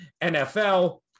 nfl